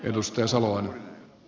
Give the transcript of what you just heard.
herra puhemies